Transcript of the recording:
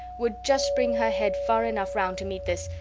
would just bring her head far enough round to meet this.